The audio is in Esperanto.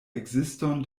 ekziston